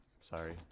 sorry